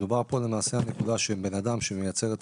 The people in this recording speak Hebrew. מדובר פה למעשה על נקודה שבן אדם שמייצר את